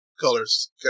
colors